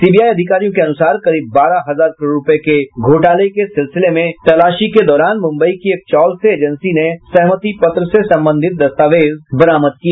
CBI अधिकारियों के अनुसार करीब बारह हजार करोड़ रुपये के घोटाले के सिलसिले में तलाशी के दौरान मुंबई की एक चॉल से एजेंसी ने सहमति पत्र से संबंधित दस्तावेज बरामद किए